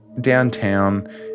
downtown